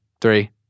three